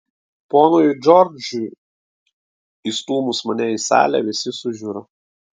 ponui džordžui įstūmus mane į salę visi sužiuro